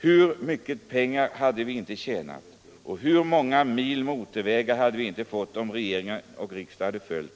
Hur mycket pengar hade vi inte tjänat, och hur många mil motorvägar hade vi inte fått, om regering och riksdag följt